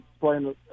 playing